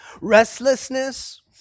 restlessness